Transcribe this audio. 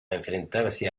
enfrentarse